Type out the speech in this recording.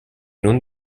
non